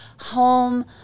home